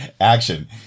action